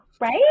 Right